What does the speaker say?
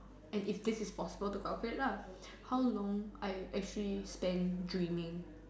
and if this is possible to calculate lah how long I actually spend dreaming